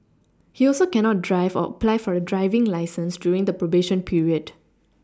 he also cannot drive or apply for a driving licence during the probation period